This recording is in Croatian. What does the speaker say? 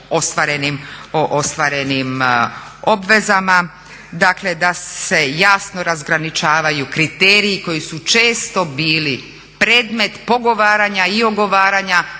o ostvarenim obvezama. Dakle da se jasno razgraničavaju kriteriji koji su često bili predmet pogovaranja i ogovaranja